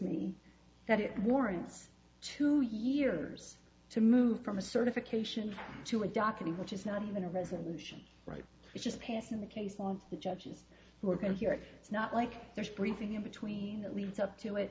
me that it warrants two years to move from a certification to a document which is not even a resolution right which is passed in the case on the judges who are going to hear it it's not like there's a briefing in between that leads up to it